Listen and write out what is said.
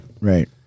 Right